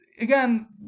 again